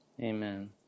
Amen